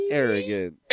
arrogant